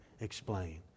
explain